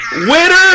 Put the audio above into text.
winner